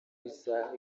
isaha